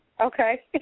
Okay